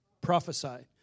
prophesied